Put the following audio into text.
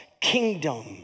kingdom